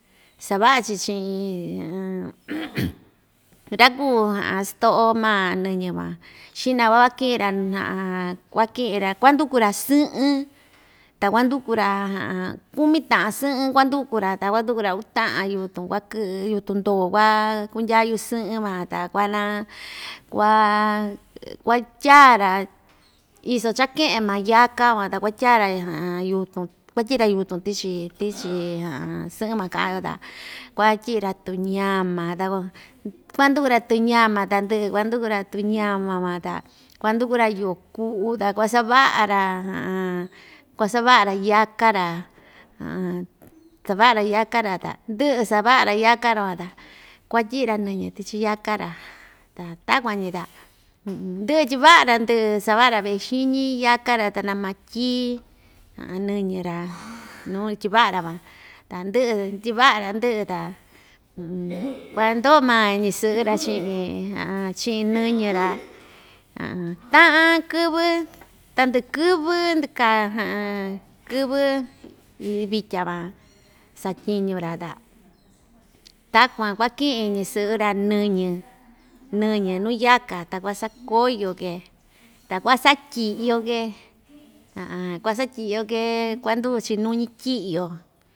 Sava'a‑chi chi'in ra‑kuu sto'o maa nɨñɨ van xi'na vaki'in‑ra kuaki'in‑ra kuanduku‑ra sɨ'ɨn ta kuanduku‑ra kumi ta'an sɨ'ɨn kuanduku‑ra ta kuanduku‑ra uta'an yutun kuakɨ'ɨ yutun ndo kua kundya yu'u sɨ'ɨn van ta kuana kua kuatyaa‑ra iso cha‑ke'en maa yaka van kuatyaa‑ra yukun kuatyi'i‑ra yutun tichi tichi sɨ'ɨn ma ka'an‑yo ta kuatyi'i‑ra tuñama takua kuanduku‑ra tuñama ta ndɨ'ɨ kuanduku‑ra tuñama van ta kuanduku‑ra yo'o ku'u ta kuasava'a‑ra kuasava'a‑ra yaka‑ra sava'a‑ra yaka‑ra ta ndɨ'ɨ sava'a‑ra yaka‑ra van ta kuatyi'i‑ra nɨñɨ tichi yaka‑ra ta takuan‑ñi ta ndɨ'ɨ tyiva'a‑ra ndɨ'ɨ sava'a‑ra ve'e xiñi yaka‑ra ta namatyí nɨñɨ‑ra nuu ityiva'a‑ra van ta ndɨ'ɨ tyiva'a‑ra ndɨ'ɨ ta kuandoo maa ñisɨ'ɨ‑ra chi'in chi'in nɨñɨ‑ra ta'an kɨ́vɨ tandɨ'ɨ kɨvɨ ndɨkaa kɨvɨ iin vitya van satyiñu‑ra ta takuan kuaki'in ñisɨ'ɨ‑ra nɨñɨ nɨñɨ nuu yaka ta kuasakóyo‑ke ta kuasatyi'yo‑ke kuasatyi'yo‑ke kuanduu‑chi nuñi tyi'yo.